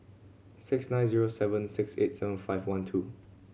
six nine zero seven six eight seven five one two